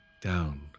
down